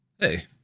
Hey